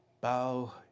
bow